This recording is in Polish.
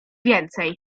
więcej